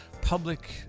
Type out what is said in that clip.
public